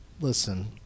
listen